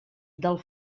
del